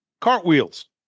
cartwheels